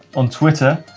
on twitter.